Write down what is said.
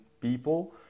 people